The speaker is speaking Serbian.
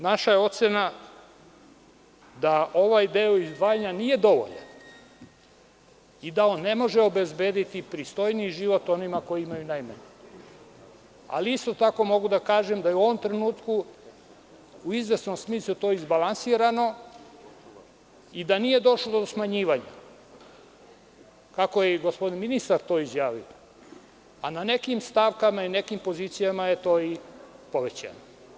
Naša je ocena da ovaj deo izdvajanja nije dovoljan i da on ne može obezbediti pristojniji život onima koji imaju najmanje, ali isto tako mogu da kažem da je u ovom trenutku u izvesnom smislu to izbalansirano i da nije došlo do smanjivanja, kako je i gospodin ministar to izjavio, a na nekim stavkama i na nekim pozicijama je to i povećano.